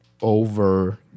over